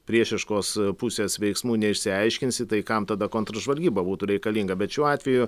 priešiškos pusės veiksmų neišsiaiškinsi tai kam tada kontržvalgyba būtų reikalinga bet šiuo atveju